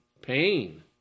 pain